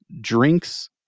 drinks